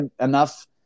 enough